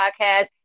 podcast